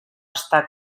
està